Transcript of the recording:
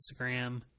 Instagram